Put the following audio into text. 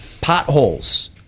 potholes